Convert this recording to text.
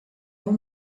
old